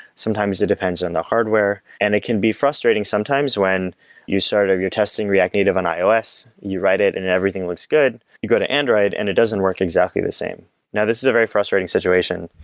sometimes it depends on the hardware, and it can be frustrating sometimes when you start up your testing react native on ios, you write it and everything looks good, you go to android and it doesn't work exactly the same now this is a very frustrating situation,